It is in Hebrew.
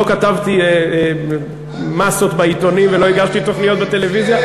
לא כתבתי מסות בעיתונים ולא הגשתי תוכניות בטלוויזיה.